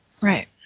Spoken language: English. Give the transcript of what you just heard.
Right